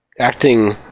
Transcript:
acting